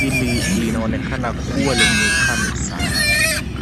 Hili linaonekana kuwa lenye ukame sana.